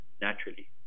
naturally